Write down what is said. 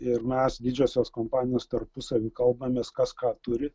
ir mes didžiosios kompanijos tarpusavy kalbamės kas ką turi